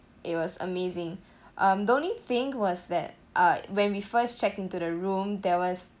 it was amazing um the only thing was that uh when we first checked into the room there was